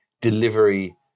delivery